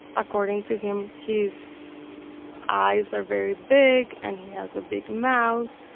according to him, his eyes are very big and he has a big mouth,